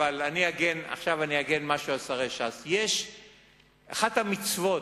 אבל עכשיו אני אגן על שרי ש"ס: אחת המצוות,